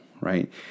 right